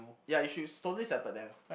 ya you should totally separate them